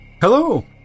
Hello